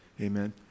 Amen